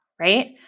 Right